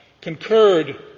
concurred